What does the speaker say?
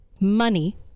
money